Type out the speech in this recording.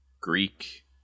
greek